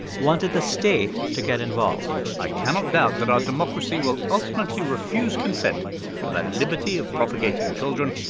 wanted the state to get involved i cannot doubt that our democracy will ultimately refuse consent to that liberty of propagating children,